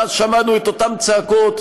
ואז שמענו את אותן צעקות: